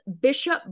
Bishop